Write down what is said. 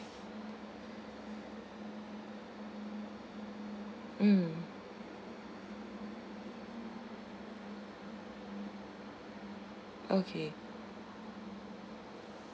mm okay